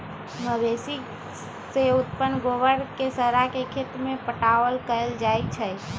मवेशी से उत्पन्न गोबर के सड़ा के खेत में पटाओन कएल जाइ छइ